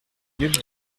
nulle